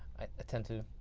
i tend to,